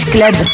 Club